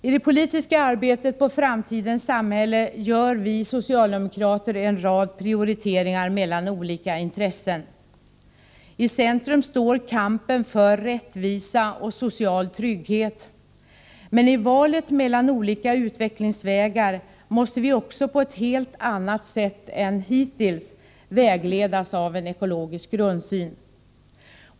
I det politiska arbetet på framtidens samhälle gör vi socialdemokrater en rad prioriteringar mellan olika intressen. I centrum står kampen för rättvisa och social trygghet. Men i valet mellan olika utvecklingsvägar måste vi också på ett helt annat sätt än hittills vägledas av en ekologisk grundsyn.